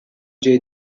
جایی